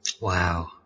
Wow